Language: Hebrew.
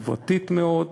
חברתית מאוד,